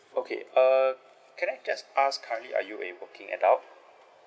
okay uh can I just ask currently are you a working adult